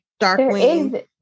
Darkwing